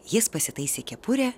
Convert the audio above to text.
jis pasitaisė kepurę